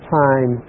time